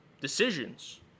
decisions